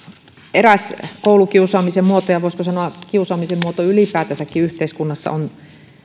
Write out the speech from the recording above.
eräs koulukiusaamisen muoto ja kiusaamisen muoto ylipäätänsäkin yhteiskunnassa on